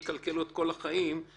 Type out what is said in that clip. למה שאני אקלקל לו את כל החיים כשעדיין